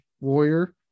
Warrior